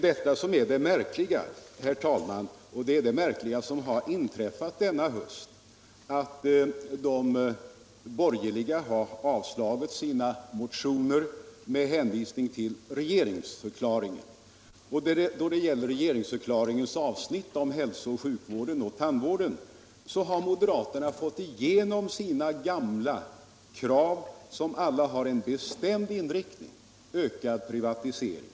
Det märkliga som hänt denna höst är ju att de borgerliga har avslagit sina egna motioner med hänvisning till regeringsförklaringen. Och när det gäller regeringsförklaringens avsnitt om hälso och sjukvården samt tandvården har moderaterna fått igenom sina gamla krav, som alla har en bestämd inriktning, nämligen ökad privatisering.